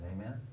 Amen